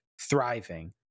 thriving